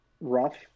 rough